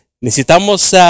Necesitamos